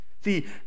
See